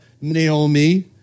Naomi